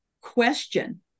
question